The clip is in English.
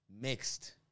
mixed